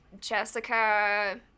jessica